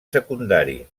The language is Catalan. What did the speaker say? secundari